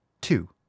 two